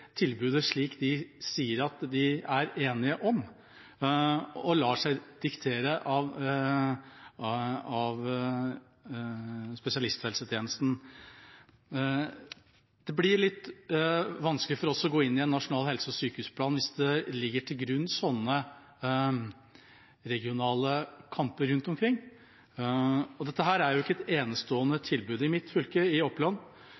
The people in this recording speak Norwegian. tilbudet slik de sier at de er enige om, og lar seg diktere av spesialisthelsetjenesten. Det blir litt vanskelig for oss å gå inn i en nasjonal helse- og sykehusplan hvis sånne regionale kamper ligger til grunn. Dette er jo ikke et enestående tilbud. I mitt fylke, Oppland, har seks kommuner gått sammen om å bygge et lokalmedisinsk senter på Fagernes i